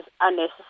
unnecessary